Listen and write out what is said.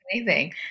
amazing